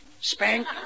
spank